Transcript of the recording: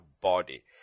body